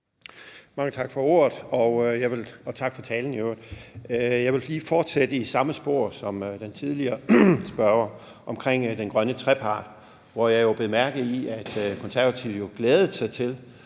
Mange tak for ordet, og tak for talen i øvrigt. Jeg vil lige fortsætte i samme spor som den tidligere spørger om den grønne trepart, hvor jeg jo bed mærke i, at Konservative glædede sig til